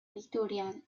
editorial